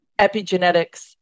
epigenetics